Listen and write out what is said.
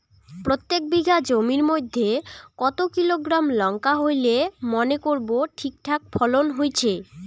প্রত্যেক বিঘা জমির মইধ্যে কতো কিলোগ্রাম লঙ্কা হইলে মনে করব ঠিকঠাক ফলন হইছে?